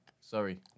sorry